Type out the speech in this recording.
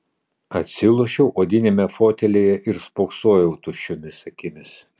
atsilošiau odiniame fotelyje ir spoksojau tuščiomis akimis